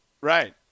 Right